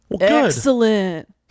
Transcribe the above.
Excellent